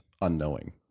unknowing